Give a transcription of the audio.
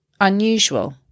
unusual